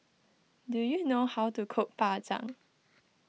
do you know how to cook Bak Chang